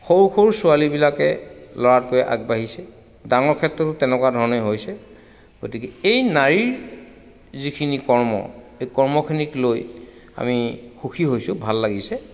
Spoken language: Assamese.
সৰু সৰু ছোৱালীবিলাকে ল'ৰাতকৈ আগবাঢ়িছে ডাঙৰ ক্ষেত্ৰতো তেনেকুৱা ধৰণেই হৈছে গতিকে এই নাৰীৰ যিখিনি কৰ্ম এই কৰ্মখিনিক লৈ আমি সুখী হৈছোঁ ভাল লাগিছে